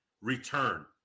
return